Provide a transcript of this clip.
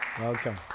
Welcome